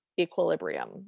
equilibrium